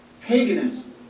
Paganism